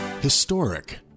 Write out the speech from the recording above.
historic